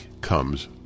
comes